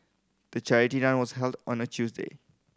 the charity run was held on a Tuesday